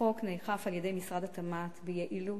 החוק נאכף על-ידי משרד התמ"ת ביעילות,